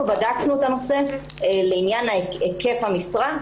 אנחנו בדקנו את הנושא לעניין היקף המשרה.